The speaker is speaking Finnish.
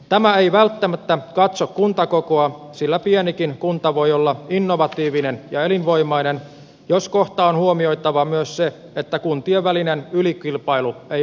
tämä ei välttämättä katso kuntakokoa sillä pienikin kunta voi olla innovatiivinen ja elinvoimainen jos kohta on huomioitava myös se että kuntien välinen ylikilpailu ei ole mielekästä